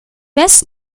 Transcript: best